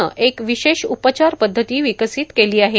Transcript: नं एक विशेष उपचारपद्धती विकसीत केली आहे